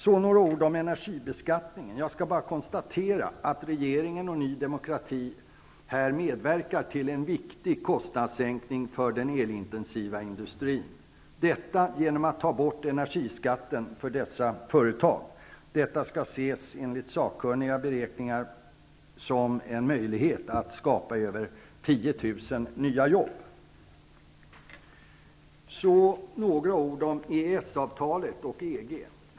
Jag skall beträffande energibeskattningen bara konstatera att regeringen och Ny demokrati här medverkar till en viktig kostnadssänkning för den elintensiva industrin genom att ta bort energiskatten för dessa företag. Detta skall enligt sakkunniga beräkningar ses som en möjlighet att skapa över 10 000 nya jobb. Jag vill också säga något om EES-avtalet och EG.